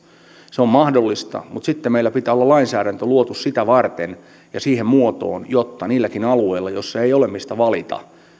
se on mahdollista mutta sitten meillä pitää olla lainsäädäntö luotu sitä varten ja siihen muotoon että niilläkin alueilla missä ei ole mistä valita